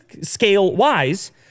scale-wise